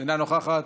אינה נוכחת,